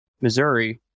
Missouri